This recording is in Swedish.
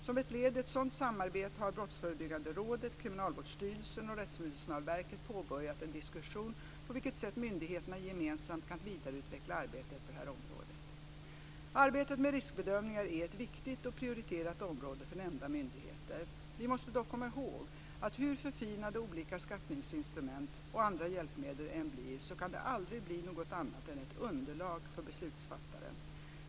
Som ett led i ett sådant samarbete har Brottsförebyggande rådet, Kriminalvårdsstyrelsen och Rättsmedicinalverket påbörjat en diskussion kring på vilka sätt myndigheterna gemensamt kan vidareutveckla arbetet på detta område. Arbetet med riskbedömningar är ett viktigt och prioriterat område för nämnda myndigheter. Vi måste dock komma ihåg att hur förfinade olika skattningsinstrument och andra hjälpmedel än blir kan de aldrig bli något annat än ett underlag för beslutsfattaren.